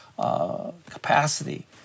capacity